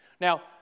Now